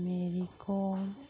Mary Kom